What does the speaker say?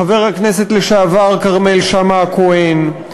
חבר הכנסת לשעבר כרמל שאמה-הכהן,